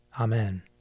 Amen